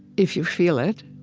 if you feel it,